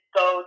go